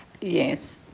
yes